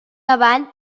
avant